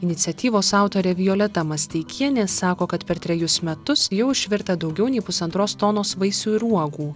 iniciatyvos autorė violeta masteikienė sako kad per trejus metus jau išvirta daugiau nei pusantros tonos vaisių ir uogų